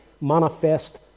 manifest